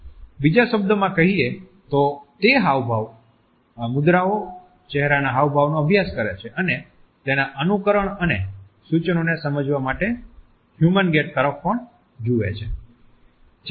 બીજા શબ્દોમાં કહીએ તો તે હાવભાવ મુદ્રાઓ ચહેરાના હાવભાવનો અભ્યાસ કરે છે અને તેના અનુકરણ અને સૂચનોને સમજવા માટે હ્યુમન ગેટ તરફ પણ જુએ છે